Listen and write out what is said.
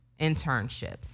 internships